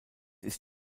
ist